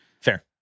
Fair